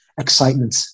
excitement